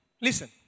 listen